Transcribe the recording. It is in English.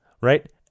Right